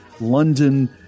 London